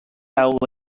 awr